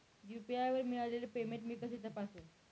UPI वर मिळालेले payment मी कसे तपासू?